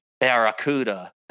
Barracuda